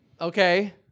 Okay